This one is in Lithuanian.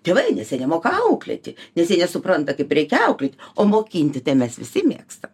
tėvai nes jie nemoka auklėti nes jie nesupranta kaip reikia auklėt o mokinti tai mes visi mėgstam